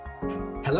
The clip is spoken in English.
hello